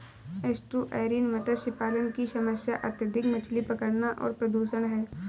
estuarine मत्स्य पालन की समस्या अत्यधिक मछली पकड़ना और प्रदूषण है